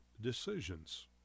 decisions